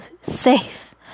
safe